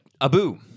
Abu